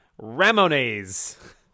Ramones